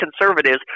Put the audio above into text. conservatives